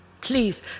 Please